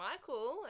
Michael